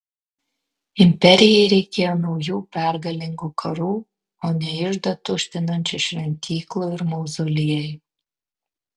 imperijai reikėjo naujų pergalingų karų o ne iždą tuštinančių šventyklų ir mauzoliejų